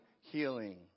healing